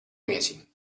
mesi